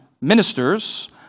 ministers